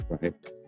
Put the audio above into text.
right